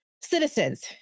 Citizens